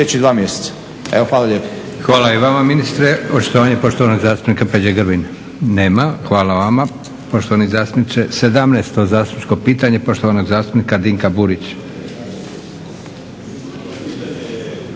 Hvala i vama ministre.